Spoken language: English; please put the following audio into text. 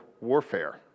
warfare